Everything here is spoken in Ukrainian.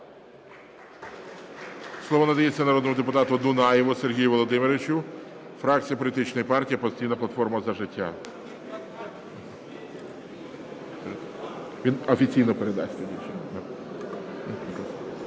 Слово надається народному депутату Дунаєву Сергію Володимировичу, фракція політичної партії "Опозиційна платформа - За життя". Він офіційно передасть.